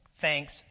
thanks